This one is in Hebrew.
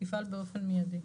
תפעל באופן מידי.